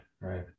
right